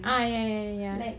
ah ya ya ya